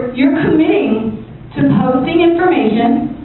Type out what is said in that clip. you're committing to posting information,